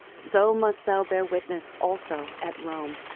so must thou bear witness also at rome.